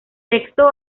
texto